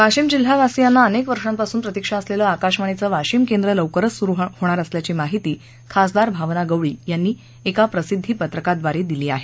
वाशिम जिल्हावासीयांना अनेक वर्षांपासून प्रतीक्षा असलेलं आकाशवाणीचं वाशिम केंद्र लवकरच सुरू होणार असल्याची माहिती खासदार भावना गवळी यांनी एका प्रसिद्धी पत्रकाद्वारे दिली आहे